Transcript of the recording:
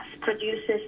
produces